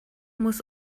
muss